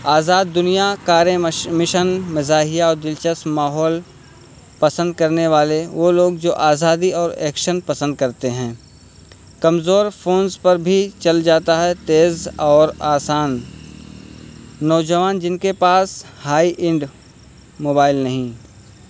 آزاد دنیا کار مش مشن مزاحیہ اور دلچسپ ماحول پسند کرنے والے وہ لوگ جو آزادی اور ایکشن پسند کرتے ہیں کمزور فونس پر بھی چل جاتا ہے تیز اور آسان نوجوان جن کے پاس ہائی اینڈ موبائل نہیں